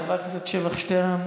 חבר הכנסת שבח שטרן